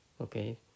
Okay